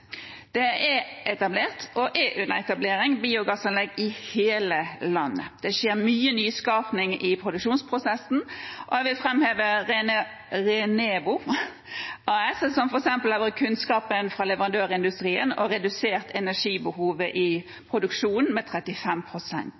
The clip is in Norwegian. Det er etablert og er under etablering biogassanlegg i hele landet. Det skjer mye nyskaping i produksjonsprosessen, og jeg vil framheve Renor AS, som f.eks. har brukt kunnskapen fra leverandørindustrien og redusert energibehovet i produksjonen med